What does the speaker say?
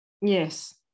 Yes